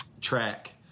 track